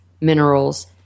minerals